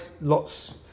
lots